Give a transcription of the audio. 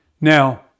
Now